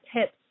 tips